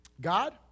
God